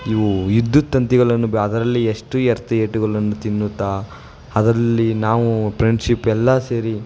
ಇವು ವಿದ್ಯುತ್ ತಂತಿಗಳನ್ನು ಬ ಅದರಲ್ಲಿ ಎಷ್ಟು ಏಟುಗಲನ್ನು ತಿನ್ನುತಾ ಅದರಲ್ಲಿ ನಾವು ಪ್ರೆಂಡ್ಶಿಪ್ ಎಲ್ಲ ಸೇರಿ